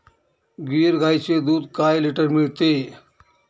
गीर गाईचे दूध काय लिटर मिळते?